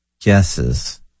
guesses